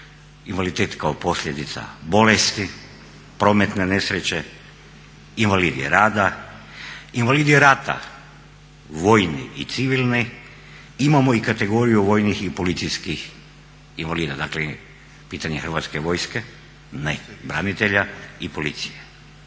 invaliditet kao posljedica bolesti, prometne nesreća, invalidi rada, invalidi rata, vojni i civilni, imamo i kategoriju vojnih i policijskih invalida, dakle pitanje Hrvatske vojske ne, branitelja i policije.